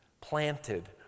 planted